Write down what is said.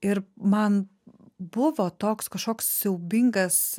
ir man buvo toks kažkoks siaubingas